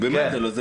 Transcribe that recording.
זה לא נושא הדיון.